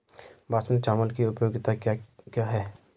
बासमती चावल की उपयोगिताओं क्या क्या हैं?